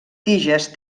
tiges